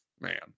man